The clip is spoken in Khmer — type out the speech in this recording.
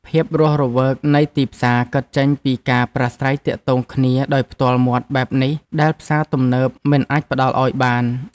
ភាពរស់រវើកនៃទីផ្សារកើតចេញពីការប្រាស្រ័យទាក់ទងគ្នាដោយផ្ទាល់មាត់បែបនេះដែលផ្សារទំនើបមិនអាចផ្ដល់ឱ្យបាន។